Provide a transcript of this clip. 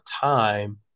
time